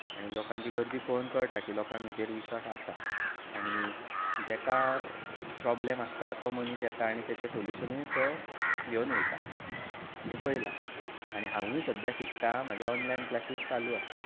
आनी लोकांची गर्दी पळोवन कळटा की लोकांक हेजेर विश्वास आसा जाका प्रोब्लम आसता तो मनीस येता आनी ताचें सोल्युशनूय तो घेवन वयता आमी पळयला आनी हांवूंय सद्याक शिकता म्हज्यो ऑनलायन क्लासीस चालू आसात